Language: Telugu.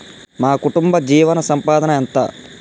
మా కుటుంబ జీవన సంపాదన ఎంత?